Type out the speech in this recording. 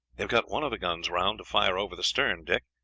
have got one of the guns round to fire over the stern, dick.